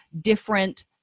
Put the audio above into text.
different